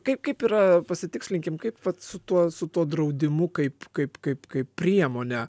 kaip kaip yra pasitikslinkim kaip vat su tuo su tuo draudimu kaip kaip kaip kaip priemone